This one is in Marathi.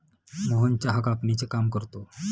मोहन चहा कापणीचे काम करतो